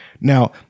Now